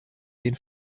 den